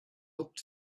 looked